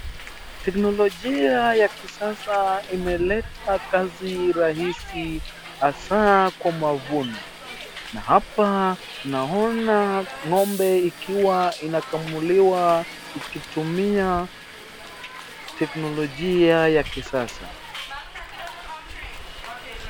Teknolojia ya kisasa imeleta kazi rahisi hasa kwa mavuno na hapa naona ng'ombe ikiwa inakamuliwa ikitumia teknolojia ya kisasa.